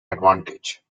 advantage